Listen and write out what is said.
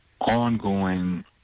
ongoing